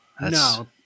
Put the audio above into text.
no